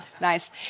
nice